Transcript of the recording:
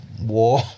war